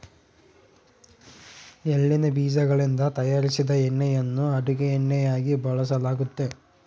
ಎಳ್ಳಿನ ಬೀಜಗಳಿಂದ ತಯಾರಿಸಿದ ಎಣ್ಣೆಯನ್ನು ಅಡುಗೆ ಎಣ್ಣೆಯಾಗಿ ಬಳಸಲಾಗ್ತತೆ